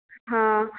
हँ